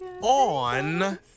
on